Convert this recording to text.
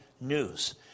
news